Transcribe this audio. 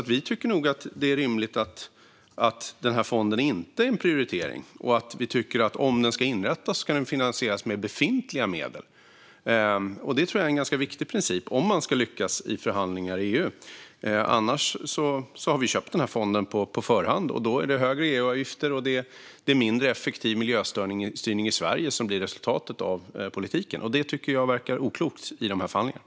Så vi tycker nog att det är rimligt att den här fonden inte är en prioritering. Och vi tycker att den, om den ska inrättas, ska finansieras med befintliga medel. Detta tror jag är en ganska viktig princip om man ska lyckas i förhandlingar i EU. Annars har vi köpt fonden på förhand, och då är det högre EU-avgifter och mindre effektiv miljöstyrning i Sverige som blir resultatet av politiken. Det tycker jag verkar oklokt i dessa förhandlingar.